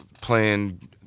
playing